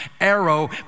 arrow